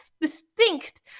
distinct